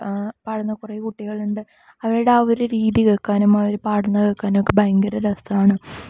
പാടുന്ന കുറേ കുട്ടികളുണ്ട് അവരുടെ ഒരു രീതി അവർ പാടുന്നതു കേൾക്കാനൊക്കെ ഭയങ്കര രസമാണ്